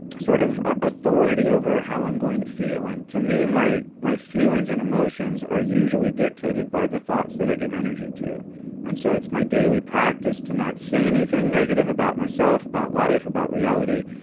sort of authority over how i'm going to feel, and to me, my my feelings and emotions are usually dictated by the thoughts that i give energy, and so it's my daily practice to not say anything negative about myself, about life, about reality,